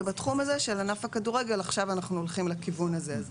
ובתחום הזה של ענף הכדורגל עכשיו אנחנו הולכים לכיוון הזה.